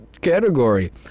category